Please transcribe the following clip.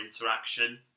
interaction